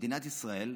במדינת ישראל,